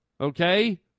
okay